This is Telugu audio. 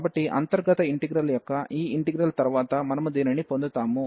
కాబట్టి అంతర్గత ఇంటిగ్రల్ యొక్క ఈ ఇంటిగ్రల్ తరువాత మనము దీనిని పొందుతాము